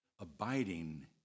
abiding